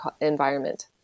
environment